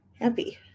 happy